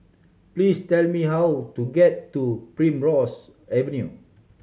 please tell me how to get to Primrose Avenue